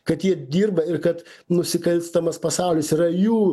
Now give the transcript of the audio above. kad jie dirba ir kad nusikalstamas pasaulis yra jų